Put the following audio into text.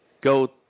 go